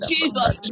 Jesus